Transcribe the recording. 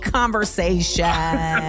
conversation